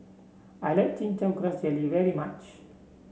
I like Chin Chow Grass Jelly very much